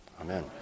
Amen